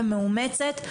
ומאומצת,